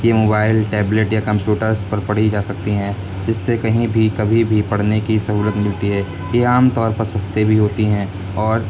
یہ mobile tablet یا computers پر پڑھی جا سکتی ہیں اس سے کہیں بھی کبھی بھی پڑھنے کی سہولت ملتی ہے یہ عام طور پر سستی بھی ہوتی ہیں اور